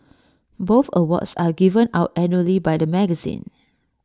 both awards are given out annually by the magazine